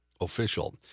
official